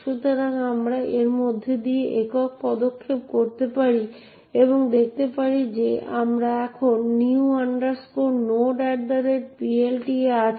সুতরাং আমরা এর মধ্য দিয়ে একক পদক্ষেপ করতে পারি এবং দেখতে পারি যে আমরা এখন new nodePLT এ আছি